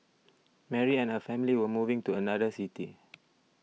Mary and her family were moving to another city